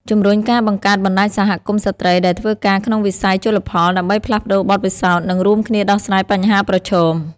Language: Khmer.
ជំរុញការបង្កើតបណ្ដាញសហគមន៍ស្ត្រីដែលធ្វើការក្នុងវិស័យជលផល ដើម្បីផ្លាស់ប្ដូរបទពិសោធន៍ និងរួមគ្នាដោះស្រាយបញ្ហាប្រឈម។